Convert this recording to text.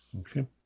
Okay